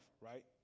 right